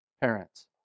parents